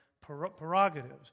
prerogatives